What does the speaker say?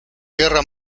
guerra